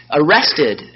arrested